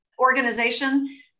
organization